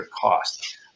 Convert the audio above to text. cost